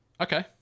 Okay